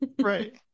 right